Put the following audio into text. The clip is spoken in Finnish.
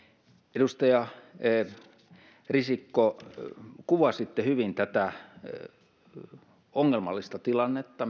edustaja risikko kuvasitte hyvin tätä ongelmallista tilannetta